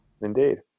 Indeed